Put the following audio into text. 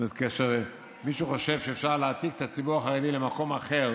אם מישהו חושב שאפשר להעתיק את הציבור החרדי למקום אחר